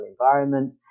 environment